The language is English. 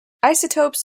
isotopes